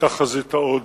היתה חזית העוג'ות: